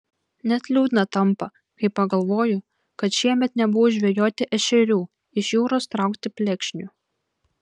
net liūdna tampa kai pagalvoju kad šiemet nebuvau žvejoti ešerių iš jūros traukti plekšnių